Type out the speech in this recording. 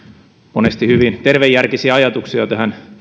monesti hyvin tervejärkisiä ajatuksia